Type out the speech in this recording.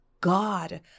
God